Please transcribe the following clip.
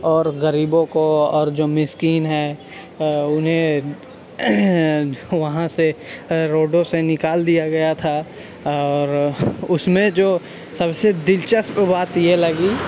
اور غریبوں کو اور جو مسکین ہیں انہیں وہاں سے روڈوں سے نکال دیا گیا تھا اور اس میں جو سب سے دلچسپ بات یہ لگی